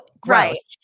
gross